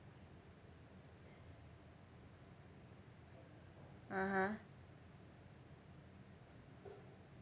(uh huh)